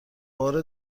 بار